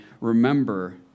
remember